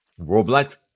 Roblox